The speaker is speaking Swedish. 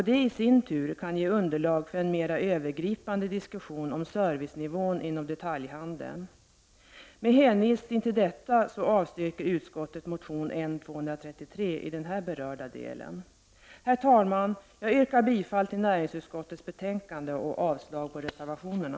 Det i sin tur kan ge underlag för en mera övergripande diskussion om servicenivån inom detaljhandeln. Med hänvisning till detta avstyrker utskottet motion N233 i den berörda delen. Herr talman! Jag yrkar bifall till näringsutskottets hemställan och avslag på reservationerna.